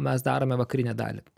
mes darome vakarinę dalį